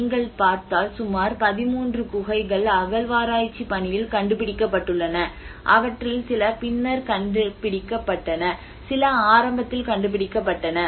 நீங்கள் பார்த்தால் சுமார் 13 குகைகள் அகழ்வாராய்ச்சி பணியில் கண்டுபிடிக்கப்பட்டுள்ளன அவற்றில் சில பின்னர் கண்டுபிடிக்கப்பட்டன சில ஆரம்பத்தில் கண்டுபிடிக்கப்பட்டன